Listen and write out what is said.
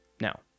Now